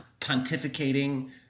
pontificating